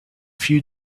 few